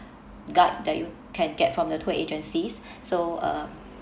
all these places are usually not covered by the typical uh guide that you can get from the tour agencies so uh